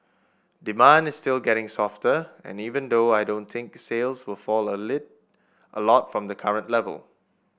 demand is still getting softer and even though I don't think sales will fall a a lot from the current level